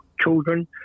children